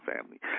family